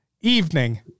evening